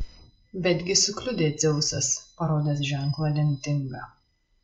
betgi sukliudė dzeusas parodęs ženklą lemtingą